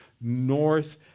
North